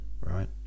right